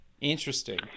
Interesting